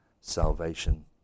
Salvation